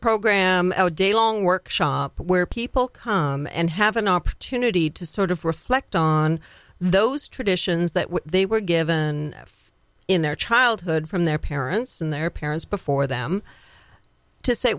program a day long workshop where people come and have an opportunity to sort of reflect on those traditions that they were given in their childhood from their parents and their parents before them to say